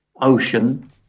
Ocean